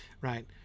Right